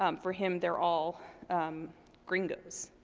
um for him, they're all gringos.